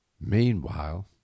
Meanwhile